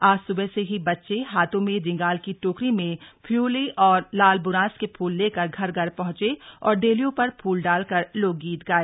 आज सुबह से ही बच्चे हाथों में रिंगाल की टोकरी में फ्योंली और लाल बुरांस के फूल लेकर घर घर पहंचे और देहलियों पर फूल डाल कर लोकगीत गाए